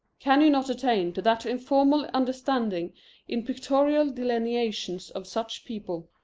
can you not attain to that informal understanding in pictorial delineations of such people?